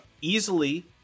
Easily